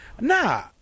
Nah